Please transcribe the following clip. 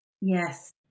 Yes